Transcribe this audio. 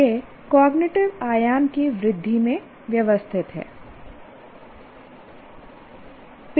यह कॉग्निटिव आयाम की वृद्धि में व्यवस्थित है